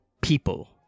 People